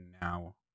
now